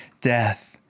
death